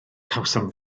cawsom